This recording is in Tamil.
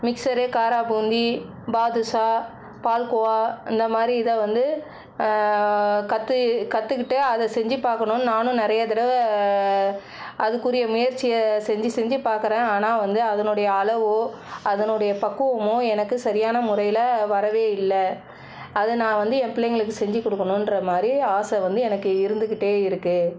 மிக்ஸரு காராபூந்தி பாதுஷா பால்கோவா இந்தமாதிரி இதை வந்து கற்று கற்றுக்கிட்டு அதை செஞ்சு பார்க்கணுன்னு நானும் நிறைய தடவை அதுக்குரிய முயற்சியை செஞ்சு செஞ்சு பார்க்கறேன் ஆனால் வந்து அதனுடைய அளவோ அதனுடைய பக்குவமோ எனக்கு சரியான முறையில் வரவே இல்லை அதை நான் வந்து என் பிள்ளைங்களுக்கு செஞ்சுக் கொடுக்கணுன்ற மாதிரி ஆசை வந்து எனக்கு இருந்துக்கிட்டே இருக்குது